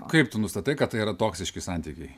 kaip tu nustatai kad tai yra toksiški santykiai